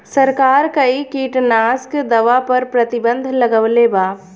सरकार कई किटनास्क दवा पर प्रतिबन्ध लगवले बा